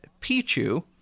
Pichu